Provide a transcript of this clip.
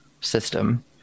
system